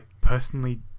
personally